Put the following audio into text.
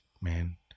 Man